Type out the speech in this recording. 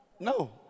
No